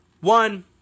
One